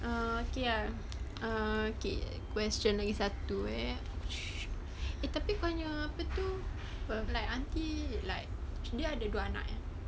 err okay ah okay question lagi satu where eh tapi kau punya tu like aunty like dia ada dua anak ah